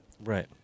Right